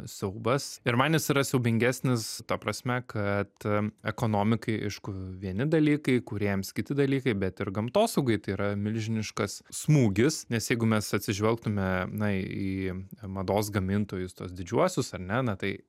siaubas ir man jis yra siaubingesnis ta prasme kad ekonomikai iš kur vieni dalykai kuriems kiti dalykai bet ir gamtosaugai tai yra milžiniškas smūgis nes jeigu mes atsižvelgtume na į mados gamintojus tuos didžiuosius ar ne na tai